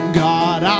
god